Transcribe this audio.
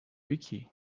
wiki